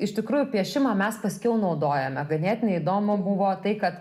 iš tikrųjų piešimą mes paskiau naudojome ganėtinai įdomu buvo tai kad